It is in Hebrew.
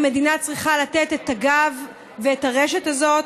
המדינה צריכה לתת את הגב ואת הרשת הזאת,